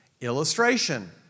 Illustration